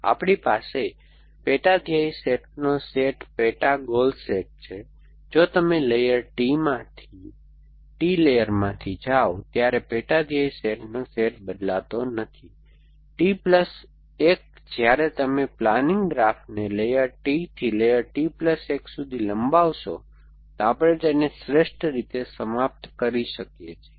તેથી આપણી પાસે પેટા ધ્યેય સેટનો સેટ પેટા ગોલ સેટ છે જો તમે લેયર T લેયરમાંથી જાઓ ત્યારે પેટા ધ્યેય સેટનો સેટ બદલાતો નથી T પ્લસ 1 જ્યારે તમે પ્લાનિંગ ગ્રાફને લેયર T થી લેયર T પ્લસ 1 સુધી લંબાવશો તો આપણે તેને શ્રેષ્ઠ રીતે સમાપ્ત કરી શકીએ છીએ